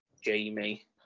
Jamie